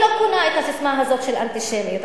אני לא קונה את הססמה הזאת של אנטישמיות.